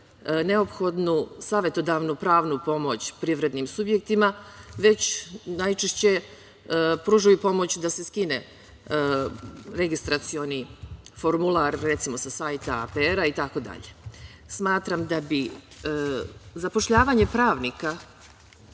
neophodnu savetodavnu pravnu pomoć privrednim subjektima, već najčešće pružaju pomoć da se skine registracioni formular recimo sa sajta APR-a itd. Smatram da bi zapošljavanje pravnika